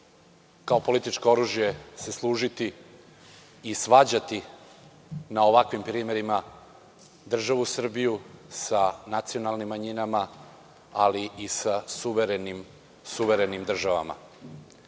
kao političko oružje se služiti i svađati na ovakvim primerima državu Srbiju sa nacionalnim manjima, ali i sa suverenim državama. Svi